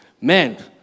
Man